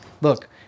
Look